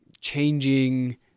changing